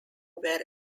were